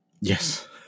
Yes